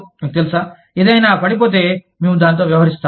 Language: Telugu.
మీకు తెలుసా ఏదైనా పడిపోతే మేము దానితో వ్యవహరిస్తాము